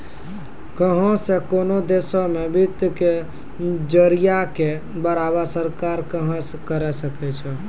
कहुं से कोनो देशो मे वित्त के जरिया के बढ़ावा सरकार सेहे करे सकै छै